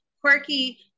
quirky